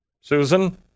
Susan